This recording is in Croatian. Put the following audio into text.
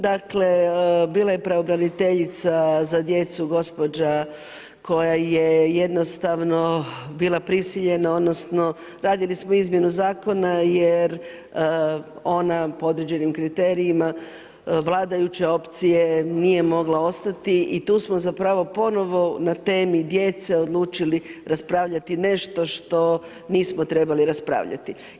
Dakle, bila je pravobraniteljica za djecu, gospođa koja je jednostavno bila prisiljena, odnosno, radili smo izmjenu zakona jer ona po određenim kriterijima, vladajuće opcije nije mogla ostati i tu smo zapravo ponovno na temu djece odlučili raspravljati nešto što nismo trebali raspravljati.